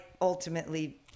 ultimately